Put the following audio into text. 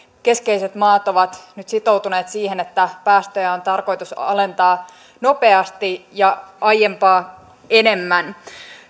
keskeiset maat ovat nyt sitoutuneet siihen että päästöjä on tarkoitus alentaa nopeasti ja aiempaa enemmän